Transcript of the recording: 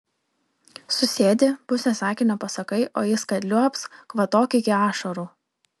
susėdi pusę sakinio pasakai o jis kad liuobs kvatok iki ašarų